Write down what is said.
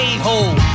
A-hole